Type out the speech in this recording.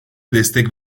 destek